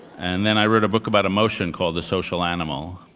and then i wrote a book about emotion called the social animal,